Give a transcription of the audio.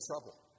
trouble